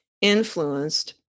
influenced